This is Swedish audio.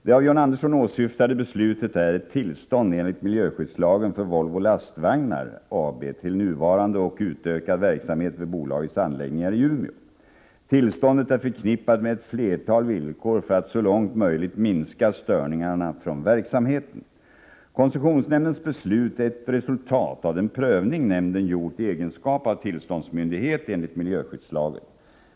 Det av John Andersson åsyftade beslutet är ett tillstånd enligt miljöskyddslagen för Volvo Lastvagnar AB till nuvarande och utökad verksamhet vid bolagets anläggningar i Umeå. Tillståndet är förknippat med ett flertal villkor för att så långt möjligt minska störningarna från verksamheten. Koncessionsnämndens beslut är ett resultat av den prövning nämnden gjort i egenskap av tillståndsmyndighet enligt miljöskyddslagen.